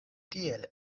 tiel